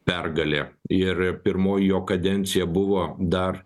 pergalė ir pirmoji jo kadencija buvo dar